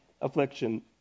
affliction